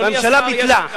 אדוני השר, יש עמדה.